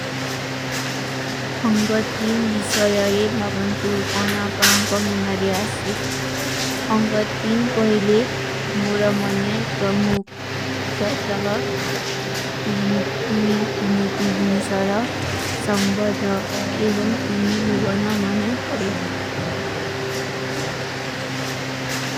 ଅଂଗତ୍ତିନ ଲିସଯାରେ ଭାଵନ୍ତୁ କଣା ପରଂକା ମନାରେ ଆଶେ। ଅଂଗତ୍ତିନ କହେଲେ ମୁଲା ମନେ ତ୍ରମୁଖ୍ଯା ତହା। ତିରୀ ମୁକ୍ତି, ତିରୀ ନୋଟୀ ଜିନିଷାରା, ସଂବଧା ଏବଂଗ ତିରୀ ଭୁଵନା ମନେ ପଡେ।